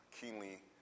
keenly